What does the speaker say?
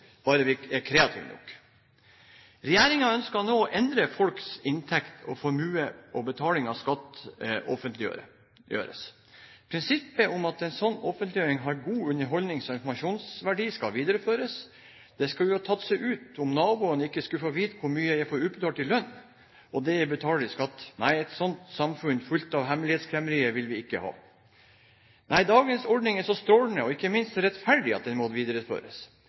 vi er kreative nok. Regjeringen ønsker nå å endre hvordan folks inntekt, formue og betaling av skatt offentliggjøres. Prinsippet om at slik offentliggjøring har god underholdnings- og informasjonsverdi skal videreføres. Det skulle jo tatt seg ut om naboen ikke skulle få vite hvor mye jeg får utbetalt i lønn og det jeg betaler i skatt. Nei, et sånt samfunn fullt av hemmelighetskremmerier vil vi ikke ha. Nei, dagens ordning er så strålende og ikke minst så rettferdig at den må